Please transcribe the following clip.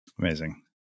Amazing